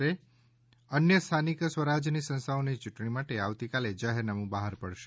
અન્ય સ્થાનિક સ્વરાજની સંસ્થાઓની યૂંટણી માટે આવતીકાલે જાહેરનામું બહાર પડશે